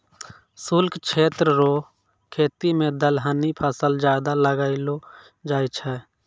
शुष्क क्षेत्र रो खेती मे दलहनी फसल ज्यादा लगैलो जाय छै